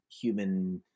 human